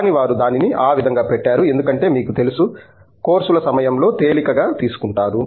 కానీ వారు దానిని ఆ విధంగా పెట్టారు ఎందుకంటే మీకు తెలుసు కోర్సుల సమయంలో తేలికగా తీసుకుంటారు